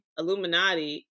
Illuminati